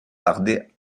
tarder